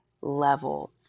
level